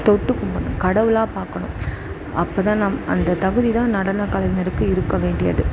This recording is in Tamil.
தொட்டுக்கும்பிடணும் கடவுளாக பார்க்கணும் அப்போதான் நம் அந்த தகுதிதான் நடனக்கலைஞருக்கு இருக்கற வேண்டியது